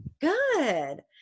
Good